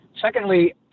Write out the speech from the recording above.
Secondly